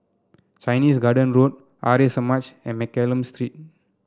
Chinese Garden Road Samaj and Mccallum Street